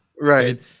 Right